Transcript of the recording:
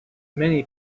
many